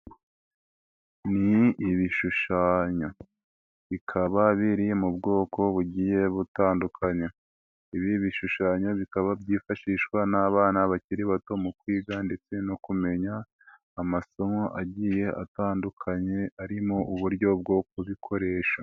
Ni ibishushanyo. Bikaba biri mu bwoko bugiye butandukanya. Ibi bishushanyo bikaba byifashishwa n'abana bakiri bato mu kwiga ndetse no kumenya, amasomo agiye atandukanye arimo uburyo bwo kubikoresha.